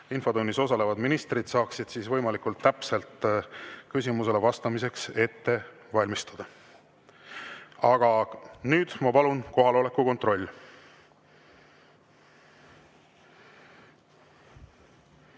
infotunnis osalevad ministrid saaksid ka võimalikult täpselt küsimusele vastamiseks ette valmistada. Aga nüüd, ma palun, kohaloleku kontroll.